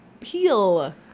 Peel